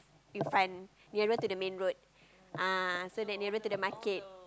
in front nearer to the main road ah so nearer to the market